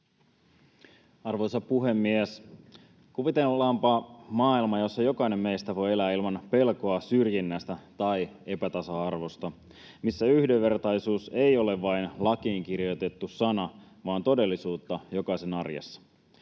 Arvoisa puhemies! Kuvitellaanpa maailma, jossa jokainen meistä voi elää ilman pelkoa syrjinnästä tai epätasa-arvosta, jossa yhdenvertaisuus ei ole vain lakiin kirjoitettu sana vaan todellisuutta jokaisen arjessa.